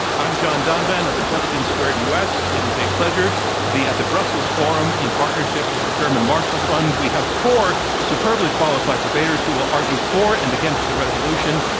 i'm john donvan of intelligence squared u. s. it is a pleasure to be at the brussels forum in partnership with the german marshall fund. we have four superbly qualified debaters who will argue for and against the resolution.